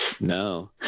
No